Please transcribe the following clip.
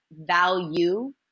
value